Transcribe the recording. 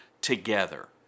together